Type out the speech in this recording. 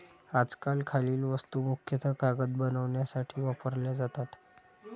आजकाल खालील वस्तू मुख्यतः कागद बनवण्यासाठी वापरल्या जातात